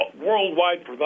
worldwide